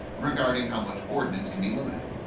regarding how much ordnance can be loaded.